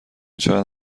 چقد